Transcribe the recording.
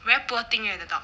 very poor thing leh the dog